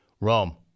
Rome